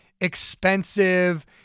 expensive